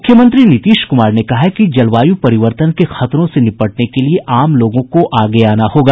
मुख्यमंत्री नीतीश कुमार ने कहा है कि जलवायु परिवर्तन के खतरों से निपटने के लिए आम लोगों को आगे आना होगा